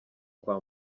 kwa